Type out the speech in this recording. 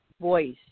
voice